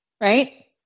Right